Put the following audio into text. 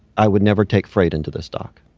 i would never take freight into this dock.